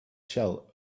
shell